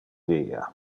via